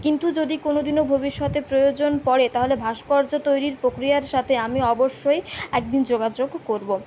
কিন্তু যদি কোনোদিনও ভবিষ্যতে প্রয়োজন পড়ে তাহলে ভাস্কর্য তৈরির প্রক্রিয়ার সাথে আমি অবশ্যই একদিন যোগাযোগ করব